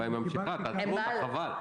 תשמעי, ברוח הדיון שהתקיים אתמול בוועדת הכספים.